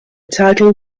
title